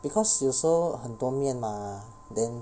because 有时候很多面 mah then